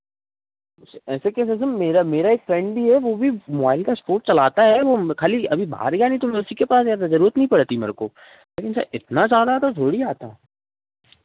ऐसे कैसे सर मेरा मेरा एक फ्रेंड ही है वो भी मोबाइल का स्टोर चलाता है वो खाली अभी बाहर गया नहीं तो उसी के पास जाता जरूरत नहीं रहती मेरे को लेकिन सर इतना ज़्यादा तो थोड़ी आता